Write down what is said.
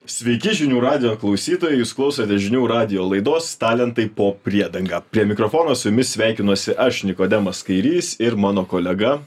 sveiki žinių radijo klausytojai jūs klausote žinių radijo laidos talentai po priedanga prie mikrofono su jumis sveikinuosi aš nikodemas kairys ir mano kolega